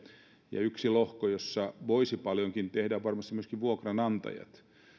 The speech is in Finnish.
ja yksi lohko jossa voisi paljonkin tehdä on varmasti myöskin vuokranantajat